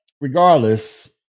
regardless